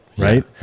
Right